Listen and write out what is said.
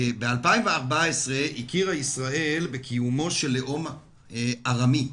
ב-2014 הכירה ישראל בקיומו של לאום ארמי.